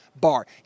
bar